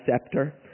scepter